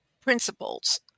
principles